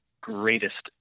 greatest